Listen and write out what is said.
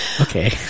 Okay